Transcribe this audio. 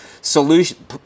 solution